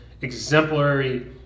exemplary